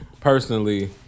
personally